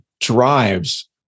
drives